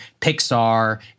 Pixar